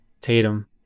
Tatum